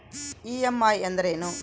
EMI ಅಂದ್ರೇನು?